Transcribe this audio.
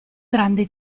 grande